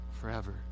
forever